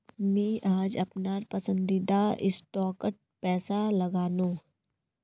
मी आज अपनार पसंदीदा स्टॉकत पैसा लगानु